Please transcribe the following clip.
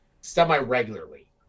semi-regularly